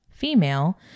Female